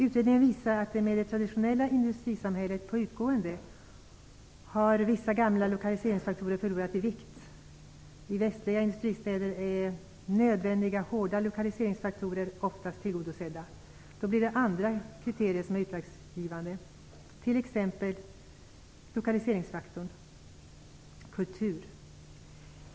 Utredningen visar att med det traditionella industrisamhället på utgående har vissa gamla lokaliseringsfaktorer förlorat i vikt. I västliga industristäder är nödvändiga "hårda" lokaliseringsfaktorer oftast tillgodosedda. Då blir andra kriterier utslagsgivande, som t.ex. lokaliseringsfaktorn kultur.